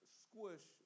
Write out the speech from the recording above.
squish